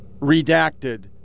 Redacted